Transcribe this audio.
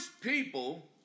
people